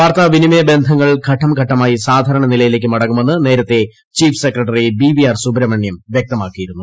വാർത്താ വിനിമയ ബന്ധങ്ങൾ ഘട്ടം ഘട്ടമായി സാധാരണ നിലയിലേക്ക് മടങ്ങുമെന്ന് നേരത്തെ ചീഫ് സെക്രട്ടറി ബിവിആർ സുബ്രഹ്മണ്യം വ്യക്തമാക്കിയിരുന്നു